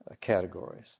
categories